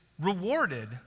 rewarded